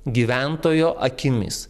gyventojo akimis